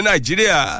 Nigeria